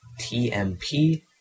TMP